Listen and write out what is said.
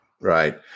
right